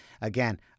Again